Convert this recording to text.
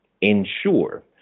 ensure